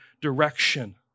direction